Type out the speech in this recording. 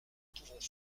pouvons